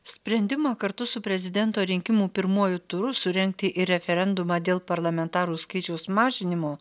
sprendimo kartu su prezidento rinkimų pirmuoju turu surengti referendumą dėl parlamentarų skaičiaus mažinimo